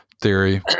theory